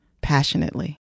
passionately